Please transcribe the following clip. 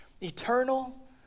eternal